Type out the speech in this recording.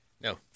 No